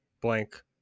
blank